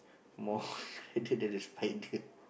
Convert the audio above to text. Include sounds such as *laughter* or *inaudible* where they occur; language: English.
more *breath* than the the spider